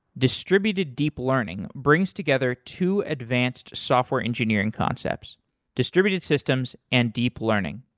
distributed deep learning brings together two advanced software engineering concepts distributed systems and deep learning.